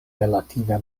relative